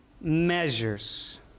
measures